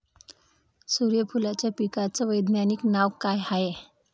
सुर्यफूलाच्या पिकाचं वैज्ञानिक नाव काय हाये?